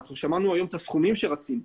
אנחנו שמענו היום את הסכומים שרצים פה.